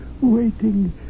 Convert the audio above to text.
waiting